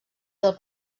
del